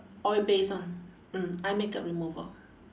oil based one mm eye makeup remover